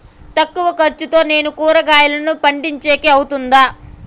తక్కువ ఖర్చుతో నేను కూరగాయలను పండించేకి అవుతుందా?